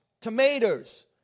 tomatoes